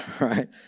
right